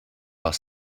while